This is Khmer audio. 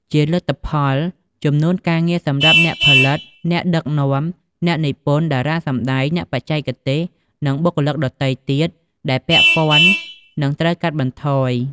ជាលទ្ធផល ចំនួនការងារសម្រាប់អ្នកផលិត អ្នកដឹកនាំ អ្នកនិពន្ធ តារាសម្ដែង អ្នកបច្ចេកទេស និងបុគ្គលិកដទៃទៀតដែលពាក់ព័ន្ធនឹងត្រូវកាត់បន្ថយ។